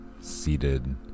seated